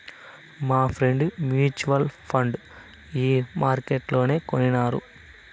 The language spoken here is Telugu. మాఫ్రెండ్ మూచువల్ ఫండు ఈ మార్కెట్లనే కొనినారు